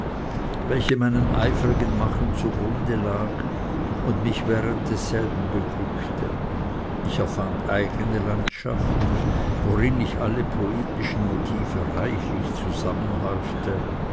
welche meinem eifrigen machen zugrunde lag und mich während desselben beglückte ich erfand eigene landschaften worin ich alle poetischen motive reichlich zusammenhäufte